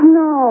no